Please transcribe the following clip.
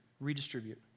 redistribute